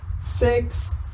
six